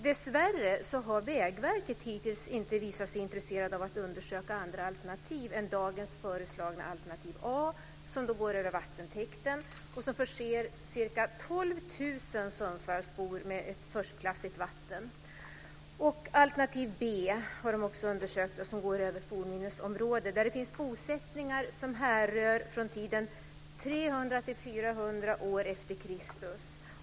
Dessvärre har Vägverket hittills inte visat sig intresserat av att undersöka andra alternativ än dagens föreslagna alternativ A, som går över vattentäkten och som förser ca 12 000 sundsvallsbor med ett förstklassigt vatten, och alternativ B, som går över ett fornminnesområde med bosättningar som härrör från tiden 300-400 e.Kr.